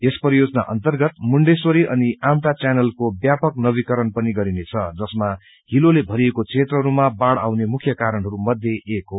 यस परियोजना मुण्डेश्वरी अनि आमरा चैनलको व्यापक नवीकरण पनि गरिनेछ जसामा हिलोले भरिएको क्षेत्रहरूमा बाढ़ आउने मुख्य कारणहरू मध्ये एक हो